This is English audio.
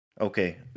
Okay